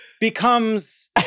becomes